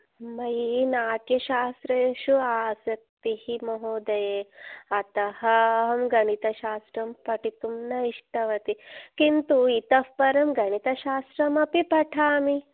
मयि नाट्यशास्त्रेषु आसक्तिः महोदये अतः अहं गणितशास्त्रं पठितुं न इष्टवती किन्तु इतः परं गणितशास्त्रमपि पठामि